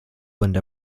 went